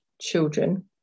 Children